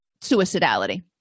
suicidality